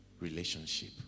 relationship